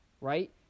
Right